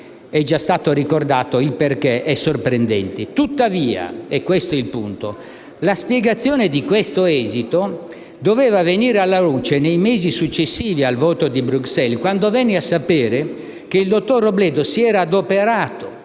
È già stato ricordato il perché ciò è sorprendente. Tuttavia - e questo è il punto - la spiegazione di questo esito doveva venire alla luce nei mesi successivi al voto di Bruxelles, quando venni a sapere che il dottor Robledo si era adoperato